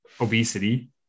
obesity